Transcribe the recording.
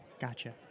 Gotcha